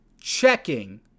checking